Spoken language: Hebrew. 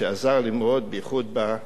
בייחוד בימים הראשונים.